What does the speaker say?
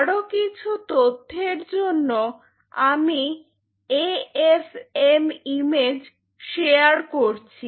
আরো কিছু তথ্যের জন্য আমি A F M image share করছি